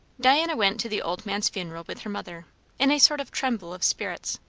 diana went to the old man's funeral with her mother in a sort of tremble of spirits,